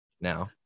now